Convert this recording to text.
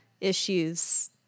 issues